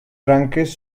branques